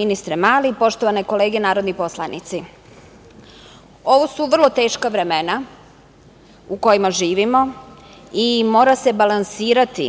ministre Mali, poštovane kolege narodni poslanici, ovo su vrlo teška vremena u kojima živimo i mora se balansirati